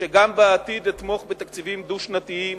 שגם בעתיד אתמוך בתקציבים דו-שנתיים,